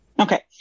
Okay